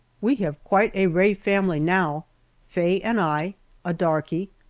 we have quite a rae family now faye and i a darky,